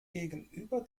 gegenüber